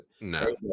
No